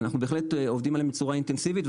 אנחנו בהחלט עובדים עליהם בצורה אינטנסיבית,